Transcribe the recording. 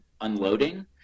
unloading